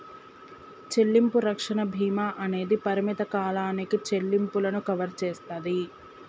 చెల్లింపు రక్షణ భీమా అనేది పరిమిత కాలానికి చెల్లింపులను కవర్ చేస్తాది